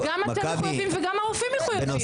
גם אתם מחויבים וגם הרופאים מחויבים.